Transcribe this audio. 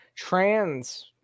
Trans